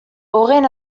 horren